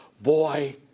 boy